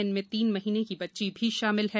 इनमें तीन महीने की बच्ची भी शामिल है